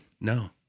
No